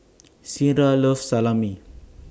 Ciera loves Salami